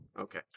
Okay